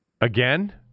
Again